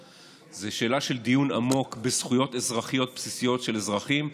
זו שאלה של דיון עמוק בזכויות אזרחיות בסיסיות של אזרחים.